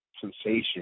sensation